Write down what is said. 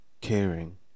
caring